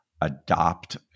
adopt